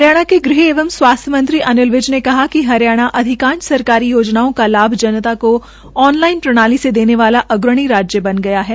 हरियाणा के ग़ह एवं स्वास्थ्य मंत्री अनिल विज ने कहा कि हरियाणा अधिकांश सरकारी योजनाओं का लाभ जनता को ऑन लाइन प्रणाली से देने वाला अग्रणी राज्य बन गया है